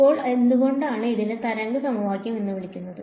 ഇപ്പോൾ എന്തുകൊണ്ടാണ് ഇതിനെ തരംഗ സമവാക്യം എന്ന് വിളിക്കുന്നത്